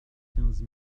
quinze